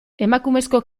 emakumezko